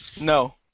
No